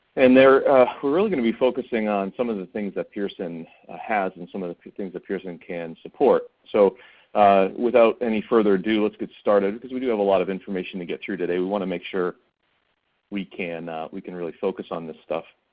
and we're really gonna be focusing on some of the things that pearson has and some of the things that pearson can support so without any further ado let's get started cause we do have a lot of information to get through today. we want to make sure we can we can really focus on this stuff.